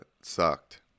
sucked